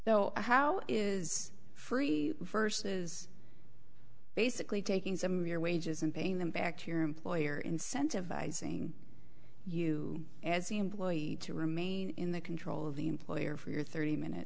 know how is free verses basically taking some of your wages and paying them back to your employer incentivizing you as the employee to remain in the control of the employer for your thirty minute